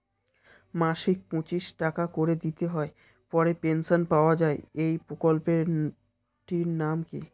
মাসিক পঁচিশ টাকা করে দিতে হয় পরে পেনশন পাওয়া যায় এই প্রকল্পে টির নাম কি?